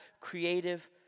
creative